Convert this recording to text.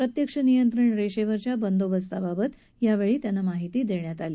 प्रत्यक्ष नियंत्रण रेषेवरच्या बंदोबस्ताबाबत यावेळी त्यांना माहिती देण्यात आली